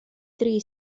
dri